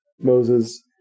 Moses